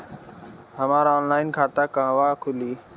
हमार ऑनलाइन खाता कहवा खुली?